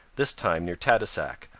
this time near tadoussac,